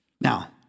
Now